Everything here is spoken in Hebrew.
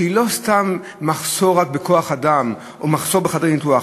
שהיא לא סתם רק מחסור בכוח-אדם או מחסור בחדרי ניתוח,